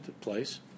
place